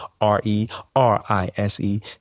R-E-R-I-S-E